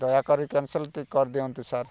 ଦୟାକରି କ୍ୟାନ୍ସଲ୍ଟି କରିଦିଅନ୍ତୁ ସାର୍